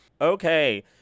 Okay